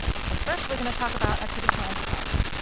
so first, we're going to talk about a traditional enterprise.